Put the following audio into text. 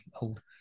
old